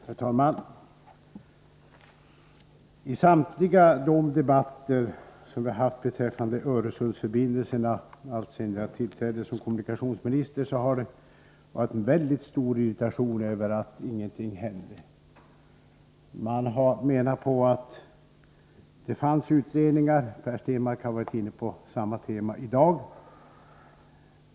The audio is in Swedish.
Herr talman! I samtliga debatter vi har haft beträffande Öresundsförbindelserna sedan jag tillträdde som kommunikationsminister har det framkommit en väldigt stor irritation över att ingenting händer. Man har pekat på att utredningar arbetar. Per Stenmarck har varit inne på samma tema här i dag.